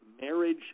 marriage